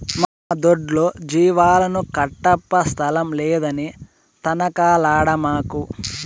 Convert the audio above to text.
మా దొడ్లో జీవాలను కట్టప్పా స్థలం లేదని తనకలాడమాకు